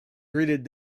greeted